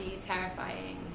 terrifying